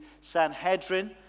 Sanhedrin